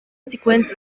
sequence